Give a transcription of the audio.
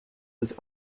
was